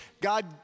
God